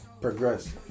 progress